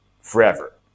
forever